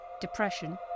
depression